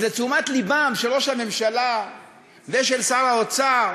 אז לתשומת לבם של ראש הממשלה ושל שר האוצר,